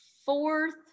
Fourth